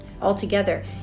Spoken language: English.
altogether